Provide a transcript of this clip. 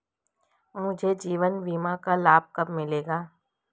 मुझे जीवन बीमा का लाभ कब मिलेगा?